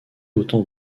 autant